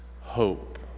hope